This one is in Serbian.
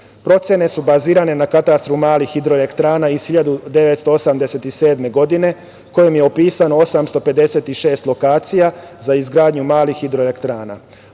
Procene su bazirane na katastru malih hidroelektrana iz 1987. godine kojom je opisano 856 lokacija za izgradnju malih hidroelektrana.